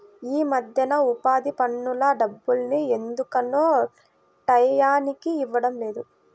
యీ మద్దెన ఉపాధి పనుల డబ్బుల్ని ఎందుకనో టైయ్యానికి ఇవ్వడం లేదు